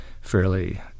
fairly